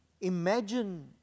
Imagine